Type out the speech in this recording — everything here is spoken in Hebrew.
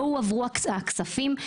לא הועברו הכספים.